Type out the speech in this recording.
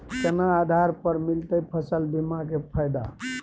केना आधार पर मिलतै फसल बीमा के फैदा?